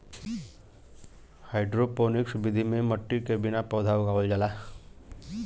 hydroponics विधि में मट्टी के बिना पौधा उगावल जाला